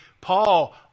Paul